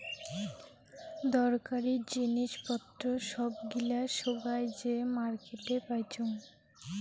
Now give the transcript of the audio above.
দরকারী জিনিস পত্র সব গিলা সোগায় যে মার্কেটে পাইচুঙ